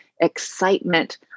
excitement